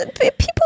People